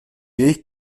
jejich